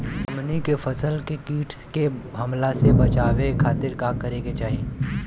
हमनी के फसल के कीट के हमला से बचावे खातिर का करे के चाहीं?